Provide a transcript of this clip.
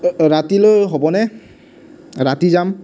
ৰাতিলৈ হ'বনে ৰাতি যাম